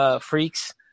freaks